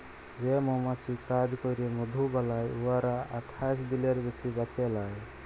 যে মমাছি কাজ ক্যইরে মধু বালাই উয়ারা আঠাশ দিলের বেশি বাঁচে লায়